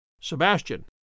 Sebastian